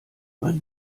man